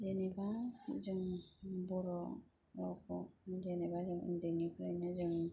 जेनेबा जों बर रावखौ जेनेबा जों उन्दैनिफ्रायनो जों